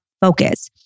focus